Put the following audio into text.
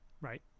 Right